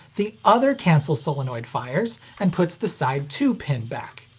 the other cancel solenoid fires, and puts the side two pin back.